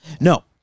No